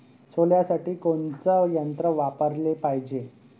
सोल्यासाठी कोनचं यंत्र वापराले पायजे?